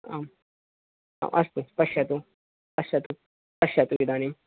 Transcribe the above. आम् अस्तु पश्यतु पश्यतु पश्यतु इदानीम्